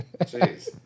Jeez